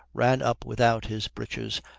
ran up without his breeches,